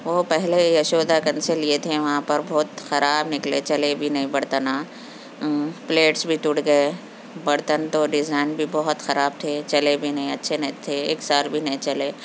وہ پہلے یشودا گنج سے لیے تھے وہاں پر بہت خراب نکلے چلے بھی نہیں برتناں پلیٹس بھی ٹوٹ گئے برتن تو ڈیزائن بھی بہت خراب تھے چلے بھی نہیں اچھے نہیں تھے ایک سال بھی نہیں چلے